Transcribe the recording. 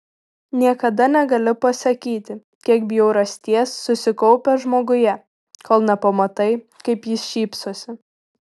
niekada negali pasakyti kiek bjaurasties susikaupę žmoguje kol nepamatai kaip jis šypsosi